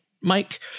Mike